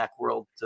Macworld